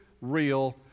Real